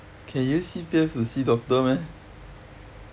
can use C_P_F to see doctor meh